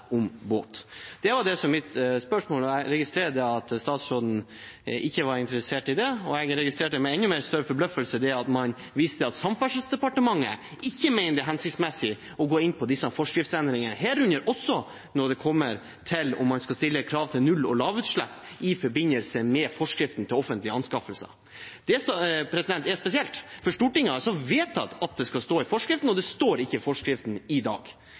om båt. Det var mitt spørsmål, og jeg registrerer at statsråden ikke var interessert i det. Jeg registrerer med enda større forbløffelse at man viser til at Samferdselsdepartementet ikke mener det er hensiktsmessig å gå inn på disse forskriftsendringene, herunder også om man skal stille krav til null- og lavutslipp i forbindelse med forskriften om offentlige anskaffelser. Det er spesielt, for Stortinget har vedtatt at det skal stå i forskriften, og det står ikke i forskriften i dag.